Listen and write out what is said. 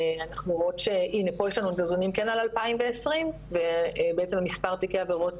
אנחנו רואות נתונים על 2020 ומספר תיקי עבירות